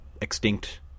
extinct